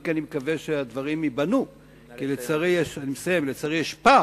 אם כי אני מקווה שהדברים ייבנו, כי לצערי יש פער